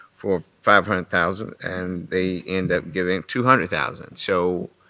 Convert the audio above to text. for five hundred thousand. and they ended up giving two hundred thousand. so.